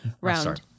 Round